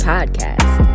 Podcast